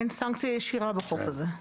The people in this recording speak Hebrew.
אין סנקציה ישירה בחוק הזה.